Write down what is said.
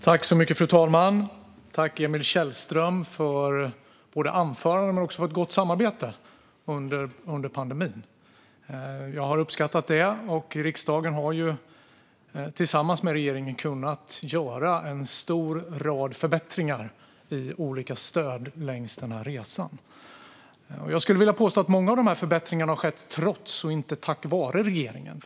Fru talman! Tack, Emil Källström, för både anförande och ett gott samarbete under pandemin! Jag har uppskattat det. Riksdagen har tillsammans med regeringen kunnat göra en lång rad förbättringar i olika stöd längs denna resa. Jag skulle vilja påstå att många av dessa förbättringar har skett trots, inte tack vare, regeringen.